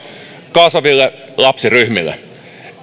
kasvaville lapsiryhmille